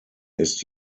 ist